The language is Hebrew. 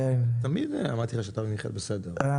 תמיד אמרתי שאתה ומיכאל בסדר,